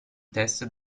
test